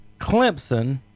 Clemson